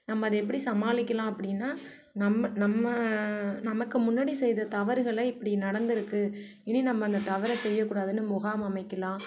நம்ம அதை எப்படி சமாளிக்கலாம் அப்படின்னா நம்ம நம்ம நமக்கு முன்னாடி செய்த தவறுகளை இப்படி நடந்துருக்குது இனி நம்ம அந்த தவறை செய்யக்கூடாதுன்னு முகாம் அமைக்கலாம்